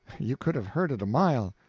you could have heard it a mile.